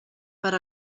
per